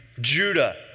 Judah